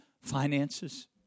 Finances